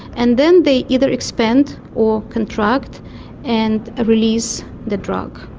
and then they either expand or contract and ah release the drug.